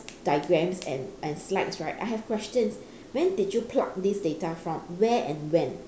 diagrams and and slides right I have questions when did you pluck this data from where and when